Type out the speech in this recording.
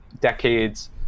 decades